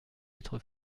être